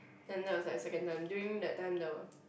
then that was like second time during that time the